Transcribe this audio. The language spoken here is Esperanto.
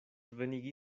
venigi